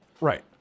right